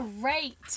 great